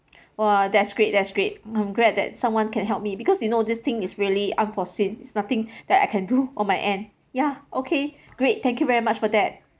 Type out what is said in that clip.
!wah! that's great that's great I'm glad that someone can help me because you know this thing is really unforeseen it's nothing that I can do on my end ya okay great thank you very much for that